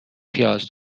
پیاز